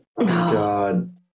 God